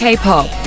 K-pop